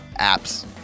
apps